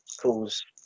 cause